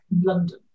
London